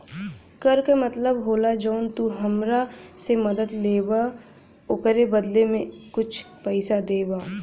कर का मतलब होला जौन तू हमरा से मदद लेबा ओकरे बदले कुछ पइसा देबा